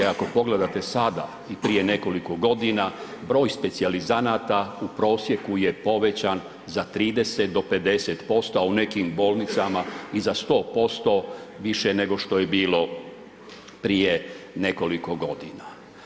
Ako pogledate sada i prije nekoliko godina broj specijalizanata u prosjeku je povećan za 30 do 50% a u nekim bolnicama i za 100% više nego što je bilo prije nekoliko godina.